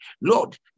Lord